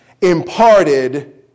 imparted